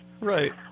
Right